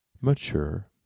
mature